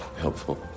helpful